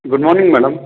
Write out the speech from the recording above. good morning madam